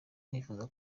nifuza